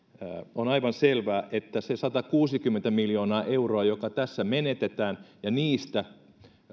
on aivan selvää että se satakuusikymmentä miljoonaa euroa joka tässä menetetään ja niistä